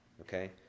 okay